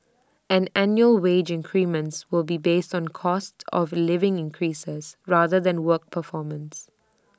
and annual wage increments will be based on cost of living increases rather than work performance